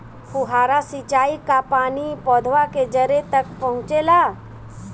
फुहारा सिंचाई का पानी पौधवा के जड़े तक पहुचे ला?